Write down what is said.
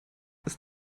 ist